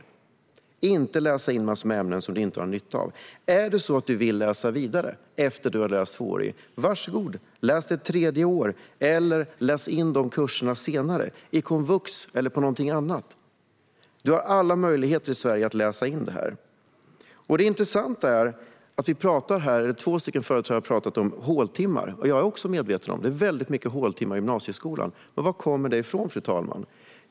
Du ska inte läsa in massor med ämnen som du inte har nytta av. Är det så att du vill läsa vidare efter två år - var så god! Läs ett tredje år, eller läs in de kurserna senare på komvux eller på annat sätt. I Sverige har du alla möjligheter att läsa in detta. Det intressanta är att två företrädare har talat om håltimmar. Även jag är medveten om att det är väldigt mycket håltimmar i gymnasieskolan. Var kommer det ifrån, fru talman?